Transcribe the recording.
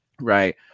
right